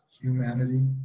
humanity